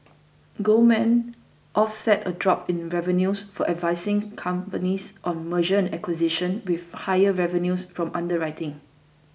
Goldman offset a drop in revenues for advising companies on mergers and acquisitions with higher revenues from underwriting